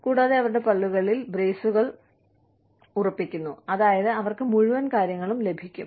കൂടാതെ അവരുടെ പല്ലുകളിൽ ബ്രേസുകൾ ഉറപ്പിക്കുന്നു അതായത് അവർക്ക് മുഴുവൻ കാര്യങ്ങളും ലഭിക്കും